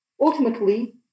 Ultimately